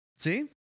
See